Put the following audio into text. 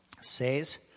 says